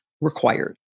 required